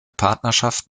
partnerschaft